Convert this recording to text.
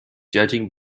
judging